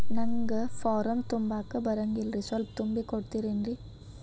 ನಂಗ ಫಾರಂ ತುಂಬಾಕ ಬರಂಗಿಲ್ರಿ ಸ್ವಲ್ಪ ತುಂಬಿ ಕೊಡ್ತಿರೇನ್ರಿ?